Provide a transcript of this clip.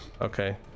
Okay